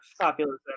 populism